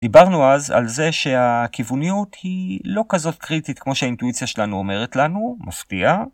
דיברנו אז על זה שהכיווניות היא לא כזאת קריטית כמו שהאינטואיציה שלנו אומרת לנו, מפתיע